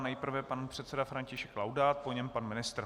Nejprve pan předseda František Laudát, po něm pan ministr.